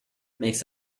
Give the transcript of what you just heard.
makes